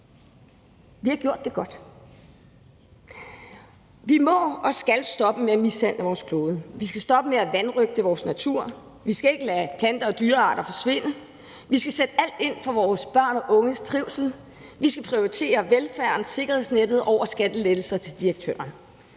Vi har gjort det godt. Vi må og skal stoppe med at mishandle vores klode. Vi skal stoppe med at vanrøgte vores natur. Vi skal ikke lade planter og dyrearter forsvinde. Vi skal sætte alt ind på vores børn og unges trivsel. Vi skal prioritere velfærden og sikkerhedsnettet over skattelettelser til direktøren.